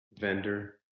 vendor